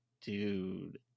Dude